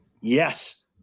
Yes